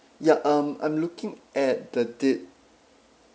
ya um I'm looking at the date